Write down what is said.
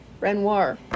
renoir